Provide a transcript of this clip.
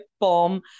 bomb